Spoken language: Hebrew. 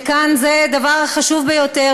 שכאן זה דבר חשוב ביותר,